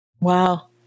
Wow